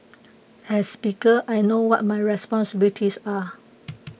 as Speaker I know what my responsibilities are